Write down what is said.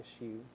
issue